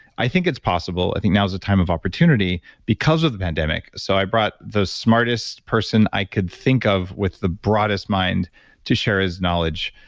i think it's possible. i think now is the time of opportunity because of the pandemic. so, i brought the smartest person i could think of with the brightest mind to share his knowledge.